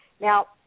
Now